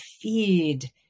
feed